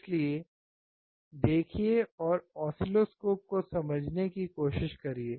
इसलिए देखिए और ऑसिलोस्कोप को समझने की कोशिश करिए